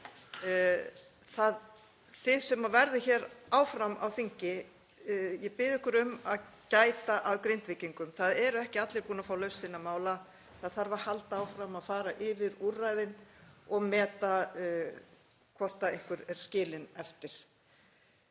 Þið sem verðið hér áfram á þingi, ég bið ykkur um að gæta að Grindvíkingum. Það eru ekki allir búnir að fá lausn sinna mála. Það þarf að halda áfram að fara yfir úrræðin og meta hvort einhver er skilinn eftir.